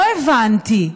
לא הבנתי.